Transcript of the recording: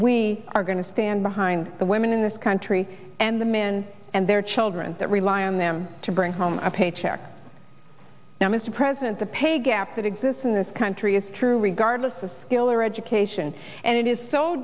we are going to stand behind the women in this country and the men and their children that rely on them to bring home a paycheck now mr president the pay gap that exists in this country is true regardless of skill or education and it is so